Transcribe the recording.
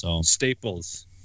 Staples